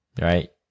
right